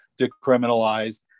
decriminalized